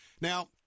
Now